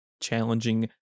challenging